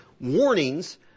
warnings